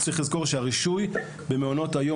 צריך לזכור שהרישוי במעונות היום,